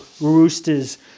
Roosters